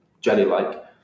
jelly-like